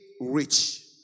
rich